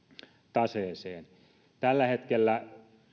taseeseen tällä hetkellä